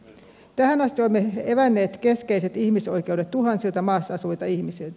tähän asti olemme evänneet keskeiset ihmisoikeudet tuhansilta maassa asuvilta ihmisiltä